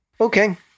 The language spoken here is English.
okay